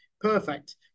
Perfect